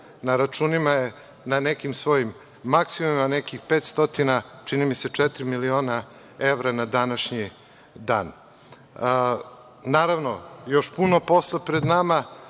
na računima na nekim svojim maksimumima, na nekih 500, čini mi se, nekih četiri miliona evra na današnji dan. Naravno, još puno posla pred nama,